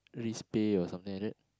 risk pay or something like that